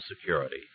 Security